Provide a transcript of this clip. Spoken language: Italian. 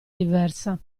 diversa